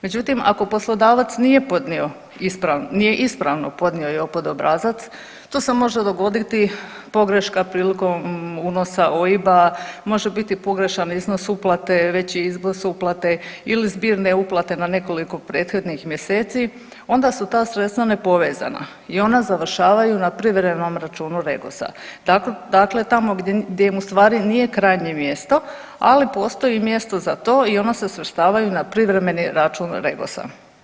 Međutim, ako poslodavac nije podnio, nije ispravno podnio JOPPD obrazac tu se može dogoditi pogreška prilikom unosa OIB-a, može biti pogrešan iznos uplate, veći iznos uplate ili zbirne uplate na nekoliko prethodnih mjeseci, onda su ta sredstva nepovezana i ona završavaju na privremenom računu Regosa, dakle tamo gdje mu u stvari nije krajnje mjesto, ali postoji mjesto za to i ono se svrstavaju na privremeni račun Regosa.